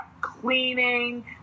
cleaning